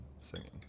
singing